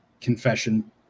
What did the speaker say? confession